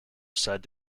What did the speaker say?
said